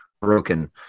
broken